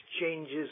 changes